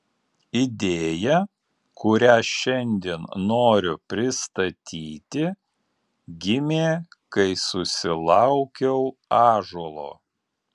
idėja kurią šiandien noriu pristatyti gimė kai susilaukiau ąžuolo